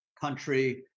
country